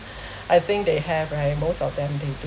I think they have right most of them they do